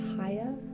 higher